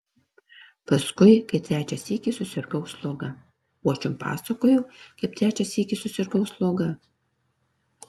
paskui kai trečią sykį susirgau sloga o aš jums pasakojau kaip trečią sykį susirgau sloga